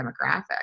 demographic